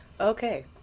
Okay